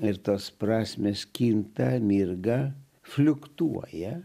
ir tos prasmės kinta mirga fliuktuoja